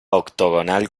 octogonal